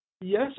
yes